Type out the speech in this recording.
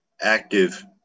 active